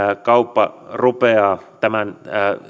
kauppa rupeaa tämän